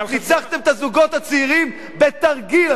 ניצחתם את הזוגות הצעירים בתרגיל עכשיו.